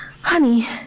Honey